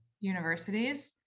universities